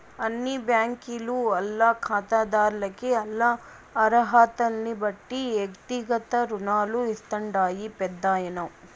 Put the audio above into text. అన్ని బ్యాంకీలు ఆల్ల కాతాదార్లకి ఆల్ల అరహతల్నిబట్టి ఎక్తిగత రుణాలు ఇస్తాండాయి పెద్దాయనా